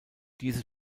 diese